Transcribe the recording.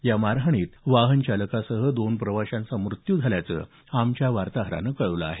या मारहाणीत वाहन चालकासह दोन प्रवाशांचा मृत्यू झाल्याचं आमच्या वार्ताहरानं कळवलं आहे